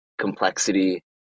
complexity